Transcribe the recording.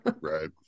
Right